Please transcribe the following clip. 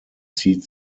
zieht